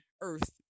earth